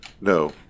No